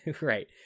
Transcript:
right